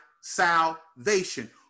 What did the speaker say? salvation